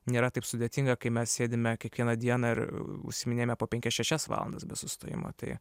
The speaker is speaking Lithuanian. nėra taip sudėtinga kai mes sėdime kiekvieną dieną ir užsiminėjame po penkias šešias valandas be sustojimo tai